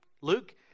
Luke